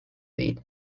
değil